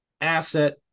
asset